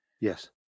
Yes